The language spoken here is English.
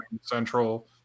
central